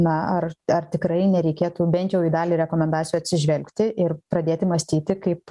na ar ar tikrai nereikėtų bent jau į dalį rekomendacijų atsižvelgti ir pradėti mąstyti kaip